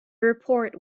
report